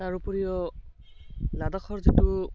তাৰ উপৰিও লাডাখৰ যিটো